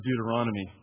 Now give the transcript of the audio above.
Deuteronomy